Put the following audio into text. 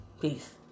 Peace